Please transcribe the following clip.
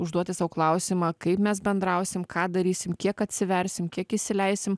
užduoti sau klausimą kaip mes bendrausim ką darysim kiek atsiversim kiek įsileisim